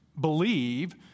believe